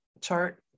chart